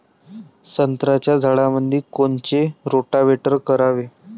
संत्र्याच्या झाडामंदी कोनचे रोटावेटर करावे?